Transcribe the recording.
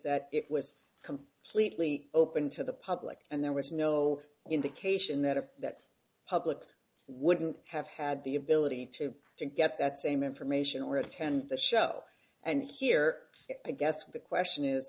that it was completely open to the public and there was no indication that of that public wouldn't have had the ability to to get that same information or attend the show and here i guess the question is